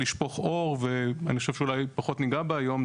לשפוך אור ואני חושב שאולי פחות ניגע בה היום,